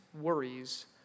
worries